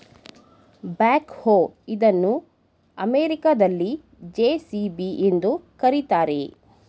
back ಹೋ ಇದನ್ನು ಅಮೆರಿಕದಲ್ಲಿ ಜೆ.ಸಿ.ಬಿ ಎಂದು ಕರಿತಾರೆ